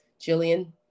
Jillian